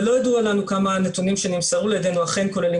אבל לא ידוע כמה הנתונים שנמסרו לידינו אכן כוללים